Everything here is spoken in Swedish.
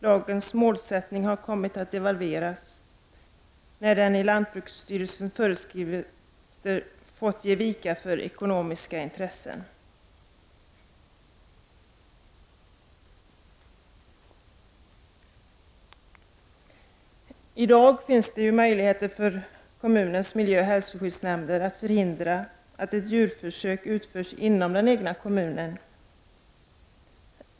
Lagens målsättning har kommit att devalveras när denna lag i lantbruksstyrelsen fått ge vika för ekonomiska intressen. I dag finns möjligheter för kommunernas miljöoch hälsoskyddsnämnder att förhindra att djurförsök utförs inom den egna kommunen.